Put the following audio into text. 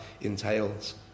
entails